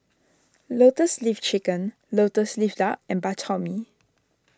Lotus Leaf Chicken Lotus Leaf Duck and Bak Chor Mee